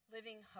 Living